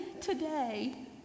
today